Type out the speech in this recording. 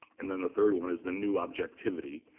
and then the third one is the new objectivity.